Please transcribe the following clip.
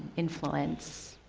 influence.